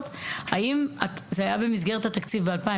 ב-2016 האם זה היה במסגרת התקציב ב-2017?